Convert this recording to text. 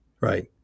Right